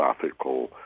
philosophical